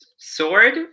sword